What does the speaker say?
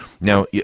Now